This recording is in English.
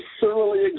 thoroughly